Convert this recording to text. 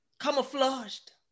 Camouflaged